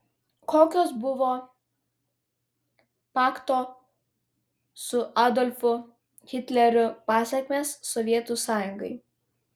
kokios buvo pakto su adolfu hitleriu pasekmės sovietų sąjungai